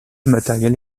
matériel